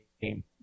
game